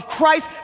Christ